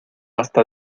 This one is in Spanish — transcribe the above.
hasta